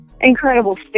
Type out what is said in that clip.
incredible